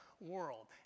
world